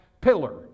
pillar